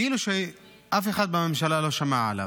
כאילו שאף אחד בממשלה לא שמע עליו.